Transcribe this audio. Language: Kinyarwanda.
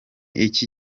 iki